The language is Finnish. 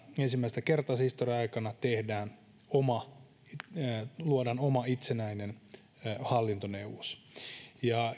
ensimmäistä kertaa sen historian aikana luodaan oma itsenäinen hallintoneuvos ja